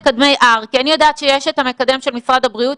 כי אני יודעת שיש את המקדם של משרד הבריאות,